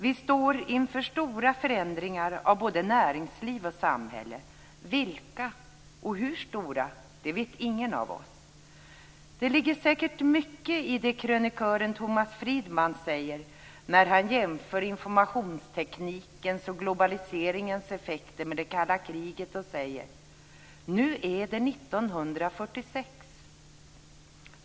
Vi står inför stora förändringar av både näringsliv och samhälle - vilka och hur stora vet ingen av oss. Det ligger säkert mycket i det krönikören Thomas Friedman säger när han jämför informationsteknikens och globaliseringens effekter med det kalla kriget och säger: Nu är det 1946.